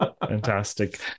Fantastic